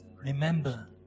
Remember